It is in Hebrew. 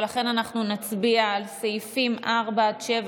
ולכן אנחנו נצביע על סעיפים 4 7,